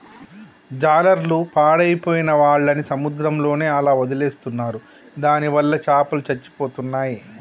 జాలర్లు పాడైపోయిన వాళ్ళని సముద్రంలోనే అలా వదిలేస్తున్నారు దానివల్ల చాపలు చచ్చిపోతున్నాయి